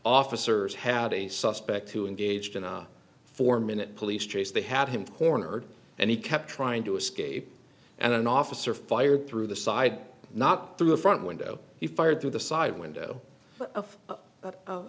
officers had a suspect who engaged in a four minute police chase they had him cornered and he kept trying to escape and an officer fired through the side not through the front window he fired through the side window of but